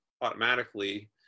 automatically